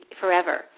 forever